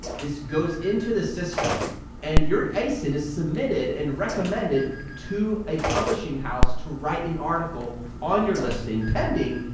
this goes into the system and your asin is submitted and recommended to a publishing house to write an article on your listing, pending,